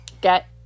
get